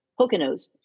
Poconos